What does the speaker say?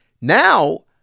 now